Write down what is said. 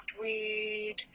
weed